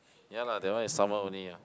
ya lah that one is summer only ah